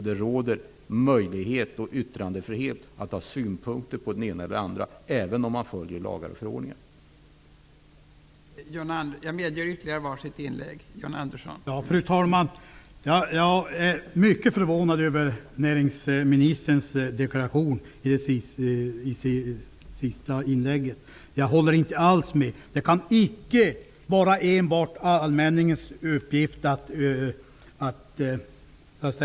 Det råder yttrandefrihet för synpunkter på det ena eller det andra, även om lagar och förordningar har följts.